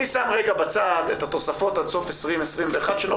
אני שם רגע בצד את התוספות עד סוף 2021 שנובעות